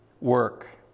work